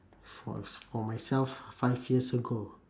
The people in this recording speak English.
for s~ for myself five years ago